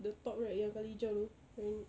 the top right yang colour hijau tu when